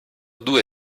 due